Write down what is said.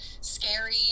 scary